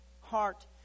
heart